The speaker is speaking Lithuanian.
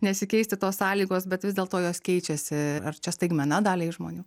nesikeisti tos sąlygos bet vis dėlto jos keičiasi ar čia staigmena daliai žmonių